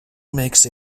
makes